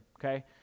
okay